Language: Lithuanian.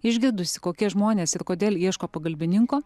išgirdusi kokie žmonės ir kodėl ieško pagalbininko